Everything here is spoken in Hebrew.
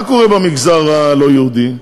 מה קורה במגזר הלא-יהודי?